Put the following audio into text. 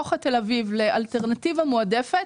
שנהפוך את תל אביב לאלטרנטיבה מועדפת,